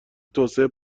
توسعه